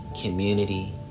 ...community